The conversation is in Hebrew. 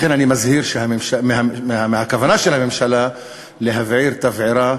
לכן אני מזהיר מהכוונה של הממשלה להבעיר תבערה,